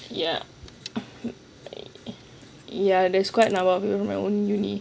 ya ya that's quite a number from my uni